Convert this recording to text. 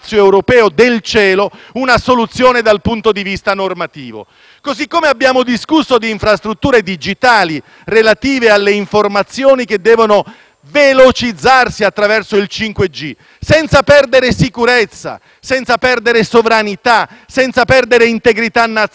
modo abbiamo discusso di infrastrutture digitali relative alle informazioni che devono velocizzarsi attraverso il 5G senza perdere sicurezza, sovranità e integrità nazionale. Su questo abbiamo lavorato rispetto all'articolo 1